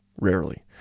rarely